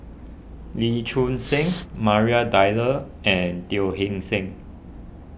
Lee Choon Seng Maria Dyer and Teo Eng Seng